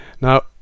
Now